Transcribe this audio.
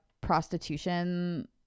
prostitution